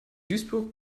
duisburg